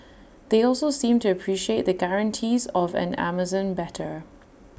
and they also seemed to appreciate the guarantees of an Amazon better